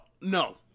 no